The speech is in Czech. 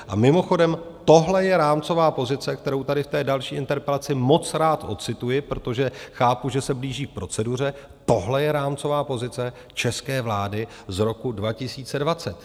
A mimochodem tohle je rámcová pozice, kterou tady v té další interpelaci moc rád ocituji, protože chápu, že se blíží proceduře, tohle je rámcová pozice české vlády z roku 2020.